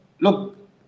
look